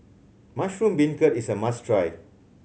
mushroom beancurd is a must try